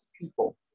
people